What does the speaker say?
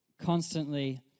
constantly